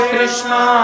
Krishna